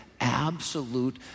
absolute